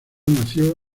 nació